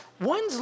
One's